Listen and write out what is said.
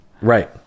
Right